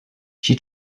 she